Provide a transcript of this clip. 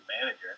manager